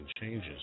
changes